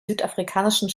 südafrikanischen